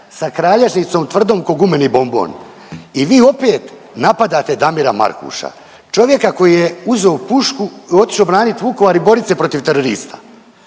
sa kralješnicom tvrdom ko gumeni bombon i vi opet napadate Damira Markuša, čovjeka koji je uzeo pušku i otišo braniti Vukovar i borit se protiv terorista